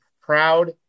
proud